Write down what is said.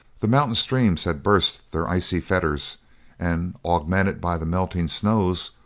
the mountain streams had burst their icy fetters and, augmented by the melting snows,